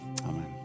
Amen